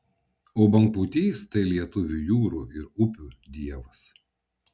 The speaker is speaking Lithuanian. o bangpūtys tai lietuvių jūrų ir upių dievas